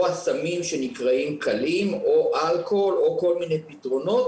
הסמים שנקראים קלים או אלכוהול או כל מיני פתרונות,